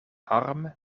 arm